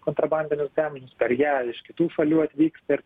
kontrabandinius gaminius per ją ir iš kitų šalių atvyksta ir